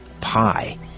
pi